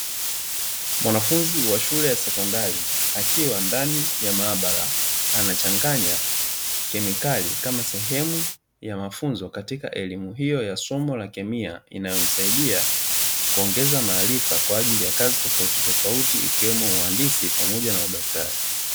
Mwanafunzi wa shule ya sekondari akiwa ndani ya maabara, anachanganya kemikali kama sehemu ya mafunzo katika elimu hiyo ya somo la kemia, inayomsaidia kuongeza maarifa kwa ajili ya kazi tofautitofauti, ikiwemo uhandisi pamoja na udaktari.